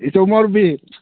ꯏꯆꯧ ꯃꯧꯔꯨꯕꯤ